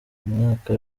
umwaka